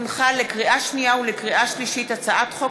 הונחה לקריאה שנייה ולקריאה שלישית הצעת חוק